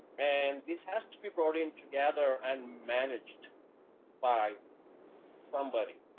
and this has to be brought in together and managed by somebody,